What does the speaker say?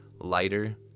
lighter